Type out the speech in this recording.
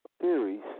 theories